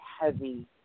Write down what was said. heavy